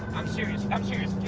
i'm serious. i'm serious.